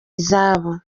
izabo